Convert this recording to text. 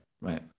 right